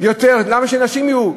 למה שנשים יהיו.